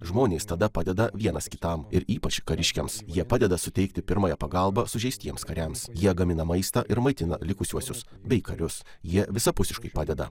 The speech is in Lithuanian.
žmonės tada padeda vienas kitam ir ypač kariškiams jie padeda suteikti pirmąją pagalbą sužeistiems kariams jie gamina maistą ir maitina likusiuosius bei karius jie visapusiškai padeda